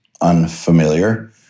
unfamiliar